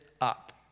up